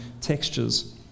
textures